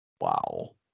Wow